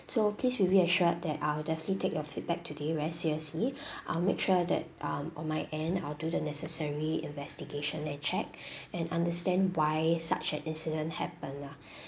so please be reassured that I'll definitely take your feedback today very seriously I'll make sure that um on my end I'll do the necessary investigation and check and understand why such an incident happened lah